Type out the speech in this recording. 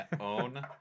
own